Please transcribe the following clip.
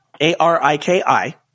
A-R-I-K-I